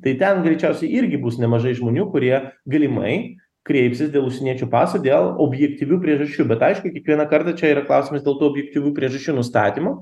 tai ten greičiausiai irgi bus nemažai žmonių kurie galimai kreipsis dėl užsieniečių paso dėl objektyvių priežasčių bet aišku kiekvieną kartą čia yra klausimas dėl tų objektyvių priežasčių nustatymo